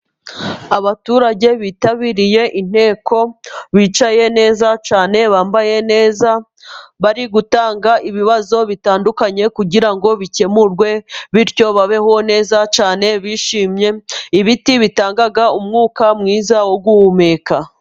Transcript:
Abaturage bitabiriye inteko， bicaye neza cyane， bambaye neza， bari gutanga ibibazo bitandukanye， kugira ngo bikemurwe， bityo babeho neza cyane bishimye. Ibiti bitanga umwuka mwiza wo guhumeka.